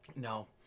No